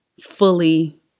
fully